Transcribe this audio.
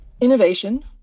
innovation